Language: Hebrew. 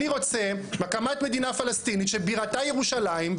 אני רוצה הקמת מדינה פלסטינית שבירתה ירושלים,